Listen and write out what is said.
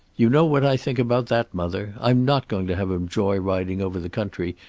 you know what i think about that, mother. i'm not going to have him joy-riding over the country,